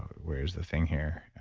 where's the thing here?